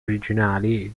originali